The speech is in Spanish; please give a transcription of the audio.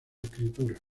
escritura